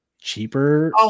cheaper